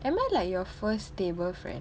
am I like your first stable friend